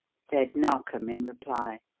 said narkom in reply.